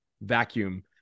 vacuum